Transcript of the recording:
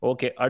Okay